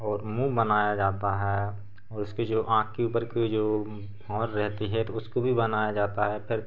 और मुँह बनाया जाता है और उसकी जो आँख की ऊपर की जो भौहें रहती है तो उसको भी बनाया जाता है फिर